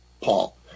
Paul